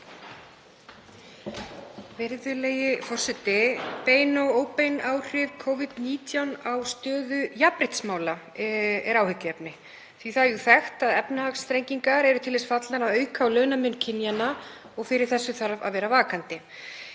Virðulegi forseti. Bein og óbein áhrif Covid-19 á stöðu jafnréttismála er áhyggjuefni því að það er jú þekkt að efnahagsþrengingar eru til þess fallnar að auka á launamun kynjanna og fyrir því þarf að vera vakandi.